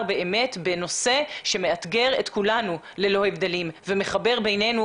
באמת בנושא שמאתגר את כולנו ללא הבדלים ומחבר בינינו